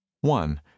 One